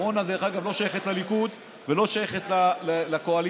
הקורונה לא שייכת לליכוד ולא שייכת לקואליציה,